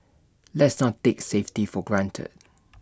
let's not take safety for granted